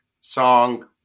Song